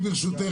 ברשותך,